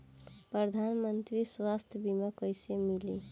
प्रधानमंत्री स्वास्थ्य बीमा कइसे मिली?